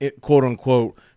quote-unquote –